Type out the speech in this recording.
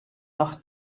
nach